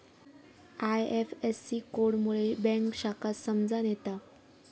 IFSC code मुळे bank शाखा समजान येता